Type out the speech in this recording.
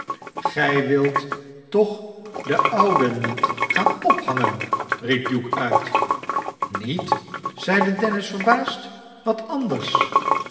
gij wilt toch den oude niet gaan ophangen riep hugh uit niet zeide dennis verbaasd wat anders